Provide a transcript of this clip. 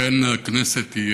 אכן הכנסת היא